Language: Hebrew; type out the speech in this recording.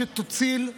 תוכנית שתציל,